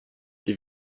die